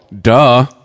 Duh